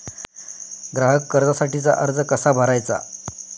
ग्राहक कर्जासाठीचा अर्ज कसा भरायचा?